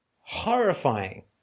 horrifying